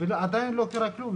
ועדיין לא קרה כלום.